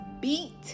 beat